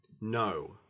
No